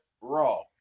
Raw